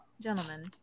gentlemen